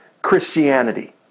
Christianity